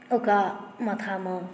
ओकरा माथामे